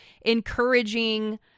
encouraging